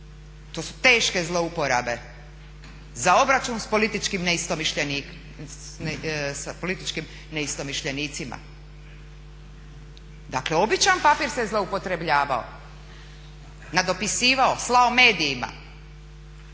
to su teške zlouporabe za obračun sa političkim ne istomišljenicima, dakle običan papir se zloupotrebljavao, nadopisivao, slao medijima.